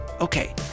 Okay